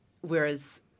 whereas